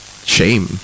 Shame